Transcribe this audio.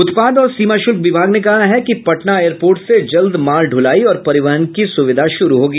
उत्पाद और सीमा शुल्क विभाग ने कहा है कि पटना एयर पोर्ट से जल्द माल ढुलाई और परिवहन की सुविधा शुरू होगी